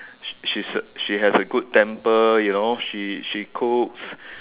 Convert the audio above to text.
she she's a she has a good temper you know she she cooks